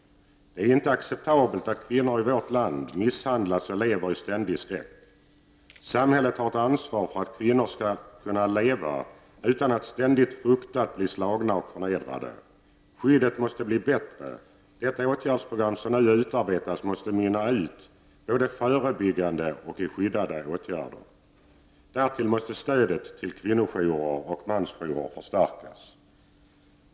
Det är inte acceptabelt att kvinnor i vårt land misshandlas och lever i ständig skräck. Samhället har ett ansvar för att kvinnor skall kunna leva utan att ständigt frukta att bli slagna och förnedrade. Skyddet måste bli bättre; det åtgärdsprogram som nu utarbetas måste mynna ut i både förebyggande och skyddande åtgärder. Därtill måste stödet till kvinnojourer och mansjourer förstärkas.